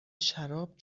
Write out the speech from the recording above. شراب